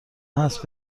هست